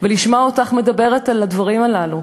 לשמוע אותך מדברת על הדברים הללו,